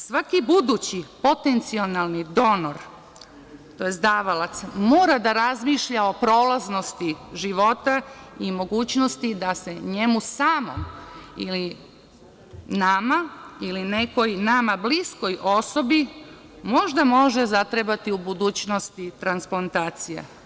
Svaki budući potencijalni donor tj. davalac mora da razmišlja o prolaznosti života i mogućnosti da njemu samom ili nama ili nekoj nama bliskoj osobi možda zatrebati u budućnosti transplantacija.